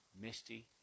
Misty